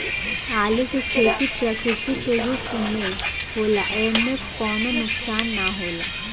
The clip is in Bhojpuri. आलू के खेती प्रकृति के अनुरूप होला एइमे कवनो नुकसान ना होला